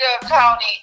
County